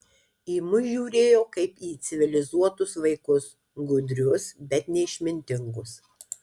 į mus žiūrėjo kaip į civilizuotus vaikus gudrius bet neišmintingus